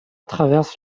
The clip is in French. traverse